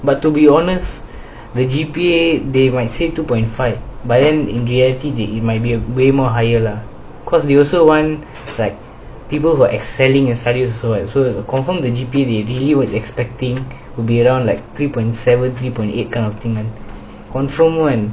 but to be honest the G_P_A they might say two point five but then in reality they it might be a way more higher lah cause they also want like people who are excelling in study also and so confirmed the G_P_A they really was expecting would be around like three point seven three point eight kind of thing confirm one